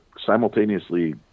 simultaneously